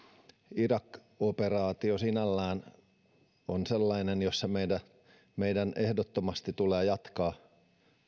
irak operaatio sinällään on sellainen jossa meidän ehdottomasti tulee jatkaa